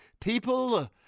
people